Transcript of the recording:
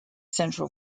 central